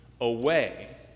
away